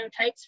genotypes